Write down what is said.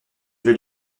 vais